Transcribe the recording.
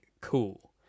cool